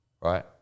right